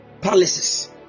palaces